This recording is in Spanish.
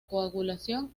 coagulación